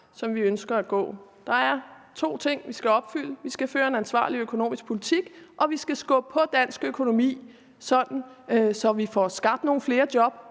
som vi ønsker at gå. Der er to ting, vi skal opfylde. Vi skal føre en ansvarlig økonomisk politik, og vi skal skubbe på dansk økonomi, sådan at vi får skabt nogle flere job,